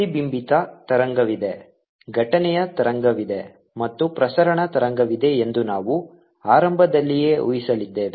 ಪ್ರತಿಬಿಂಬಿತ ತರಂಗವಿದೆ ಘಟನೆಯ ತರಂಗವಿದೆ ಮತ್ತು ಪ್ರಸರಣ ತರಂಗವಿದೆ ಎಂದು ನಾವು ಆರಂಭದಲ್ಲಿಯೇ ಊಹಿಸಲಿದ್ದೇವೆ